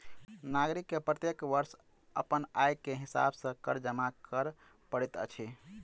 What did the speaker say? नागरिक के प्रत्येक वर्ष अपन आय के हिसाब सॅ कर जमा कर पड़ैत अछि